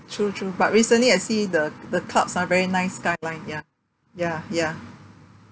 true true but recently I see the the clouds ah very nice skyline ya ya ya